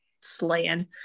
slaying